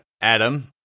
Adam